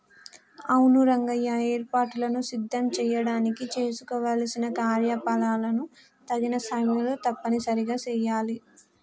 అవును రంగయ్య ఏర్పాటులను సిద్ధం చేయడానికి చేసుకోవలసిన కార్యకలాపాలను తగిన సమయంలో తప్పనిసరిగా సెయాలి